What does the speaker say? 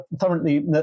thoroughly